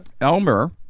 Elmer